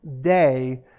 day